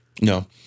no